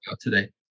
today